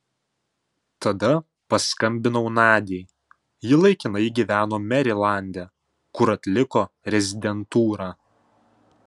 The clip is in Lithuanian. tada paskambinau nadiai ji laikinai gyveno merilande kur atliko rezidentūrą